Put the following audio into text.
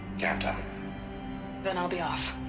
count on it then i'll be off